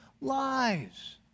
lies